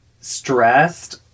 stressed